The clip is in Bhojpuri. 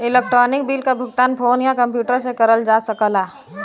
इलेक्ट्रानिक बिल क भुगतान फोन या कम्प्यूटर से करल जा सकला